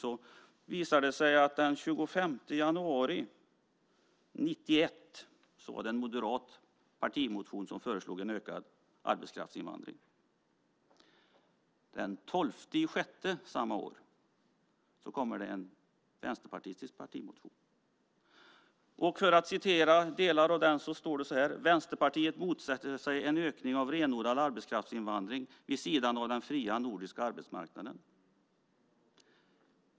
Då visade det sig att den 25 januari 1991 fanns det en moderat partimotion där man föreslog en ökad arbetskraftsinvandring. Den 12 december samma år kom det en vänsterpartistisk partimotion. I delar av den står det så här: Vänsterpartiet motsätter sig en ökning av renodlad arbetskraftsinvandring vid sidan av den fria nordiska arbetsmarknaden.